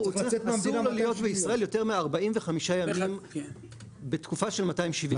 אסור לו להיות בישראל יותר מ-45 ימים בתקופה של 270 יום.